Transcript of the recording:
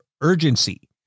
urgency